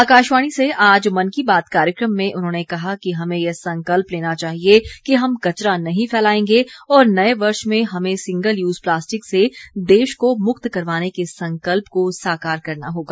आकाशवाणी से आज मन की बात कार्यक्रम में उन्होंने कहा कि हमें ये संकल्प लेना चाहिए कि हम कचरा नहीं फैलाएंगे और नए वर्ष में हमें सिंगल यूज प्लास्टिक से देश को मुक्त करवाने के संकल्प को साकार करना होगा